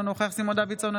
אינו נוכח סימון דוידסון,